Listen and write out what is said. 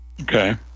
Okay